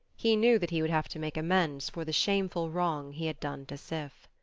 he knew that he would have to make amends for the shameful wrong he had done to sif.